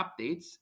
updates